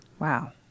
Wow